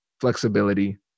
flexibility